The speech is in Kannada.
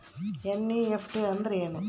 ಎನ್.ಇ.ಎಫ್.ಟಿ ಅಂದ್ರೆನು?